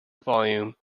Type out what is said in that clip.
volume